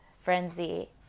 frenzy